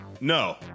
no